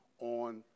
on